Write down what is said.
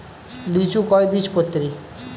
লিচু কয় বীজপত্রী?